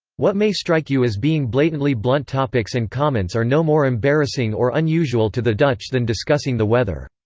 what may strike you as being blatantly blunt topics and comments are no more embarrassing or unusual to the dutch than discussing the weather.